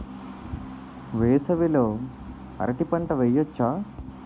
వేసవి లో అరటి పంట వెయ్యొచ్చా?